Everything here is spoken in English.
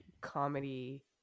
comedy